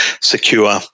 secure